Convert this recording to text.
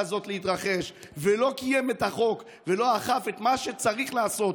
הזאת להתרחש ולא קיים את החוק ולא אכף את מה שצריך לעשות.